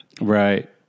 Right